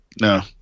no